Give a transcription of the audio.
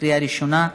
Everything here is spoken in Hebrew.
בקריאה ראשונה.